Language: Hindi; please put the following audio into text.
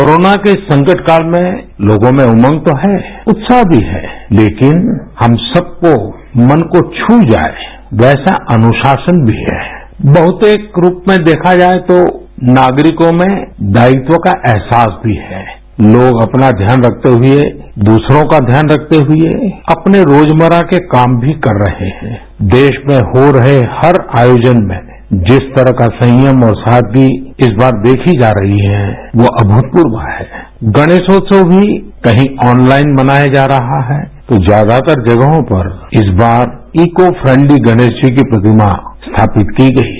कोरोना के इस संकट काल में लोगों में उमंग तो है उत्साह भी है लेकिन हम सबको मन को छू जाए वैसा अनुशासन भी है द्य बहुत एक रूप में देखा जाए तो नागरिकों में दायित्व का एहसास भी है द्य लोग अपना ध्यान रखते हुए दूसरों का ध्यान रखते हुए अपने रोजमर्रा के काम भी कर रहे हैं द्य देग्न में हो रहे हर आयोजन में जिस तरह का संयम और सादगी इस बार देखी जा रही है वो अभूतपूर्व है द्य गणेशोत्सव भी कहीं ऑनलाइन मनाया जा रहा है तो ज्यादातर जगहों पर इस बार इकोफ्रेंडली गणेश जी की प्रतिमा स्थापित की गई है